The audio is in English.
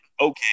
okay